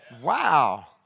Wow